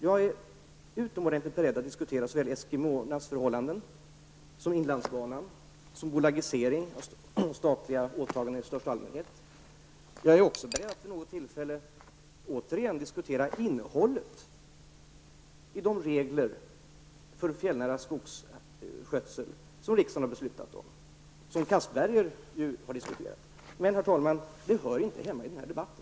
Jag är beredd att diskutera såväl eskimåernas förhållanden som inlandsbanan och bolagisering av statliga åtaganden i största allmänhet. Jag är också beredd att vid lämpligt tillfälle på nytt diskutera innehållet i de regler för fjällnära skogsskötsel som riksdagen har fattat beslut om. Den frågan har Anders Castberger tagit upp till debatt här och nu. Men, herr talman, den frågan hör inte hemma i den här debatten.